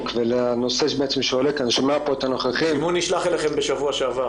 והנושא שעולה כאן --- הזימון נשלח אליכם בשבוע שעבר,